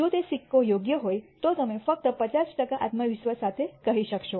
જો તે યોગ્ય સિક્કો હોય તો તમે ફક્ત 50 ટકા આત્મવિશ્વાસ સાથે કહી શકશો